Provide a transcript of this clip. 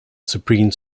supreme